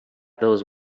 those